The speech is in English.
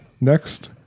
Next